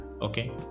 Okay